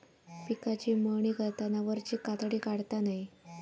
पिकाची मळणी करताना वरची कातडी काढता नये